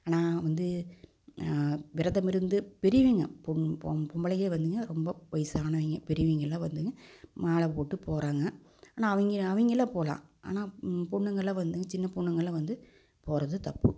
நான் வந்து விரதம் இருந்து பெரியவங்க பொம் பொம் பொம்பளைங்க வந்துங்க ரொம்ப வயிசானவங்க பெரியவங்களாம் வந்துங்க மாலை போட்டு போகறாங்க ஆனால் அவங்க அவங்களாம் போகலாம் ஆனால் பொண்ணுங்களாம் வந்து சின்ன பொண்ணுங்களாம் வந்து போகறது தப்பு